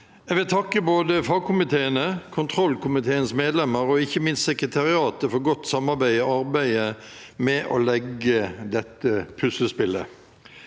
Jeg vil takke både fagkomiteene, kontrollkomiteens medlemmer og ikke minst sekretariatet for godt samarbeid i arbeidet med å legge dette puslespillet.